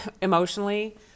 emotionally